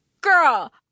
girl